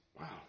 Wow